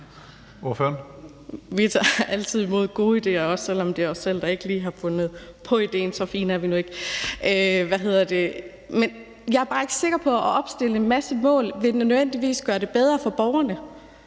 (S): Vi tager altid imod gode idéer, også selv om det er os selv, der ikke lige har fundet på idéen. Så fine er vi nu ikke. Men jeg er bare ikke sikker på, at det at opstille en masse mål nødvendigvis vil gøre det bedre for borgerne.